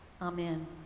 Amen